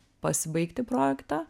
pasibaigti projektą